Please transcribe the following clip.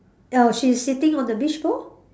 oh she's sitting on the beach floor